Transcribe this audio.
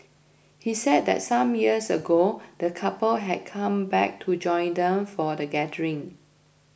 he said that some years ago the couple had come back to join them for the gathering